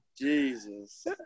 Jesus